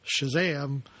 Shazam